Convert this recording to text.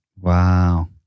Wow